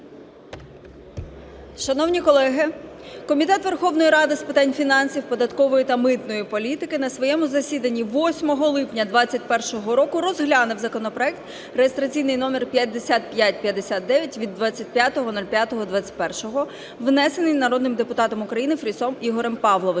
Шановні колеги, Комітет Верховної Ради з питань фінансів, податкової та митної політики на своєму засіданні 8 липня 2021 року розглянув законопроект (реєстраційний номер 5559) (від 25.05.2021 року) (внесений народним депутатом України Фрісом Ігорем Павловичем),